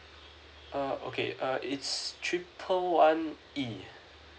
uh okay uh it's triple one E